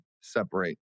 Separate